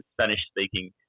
Spanish-speaking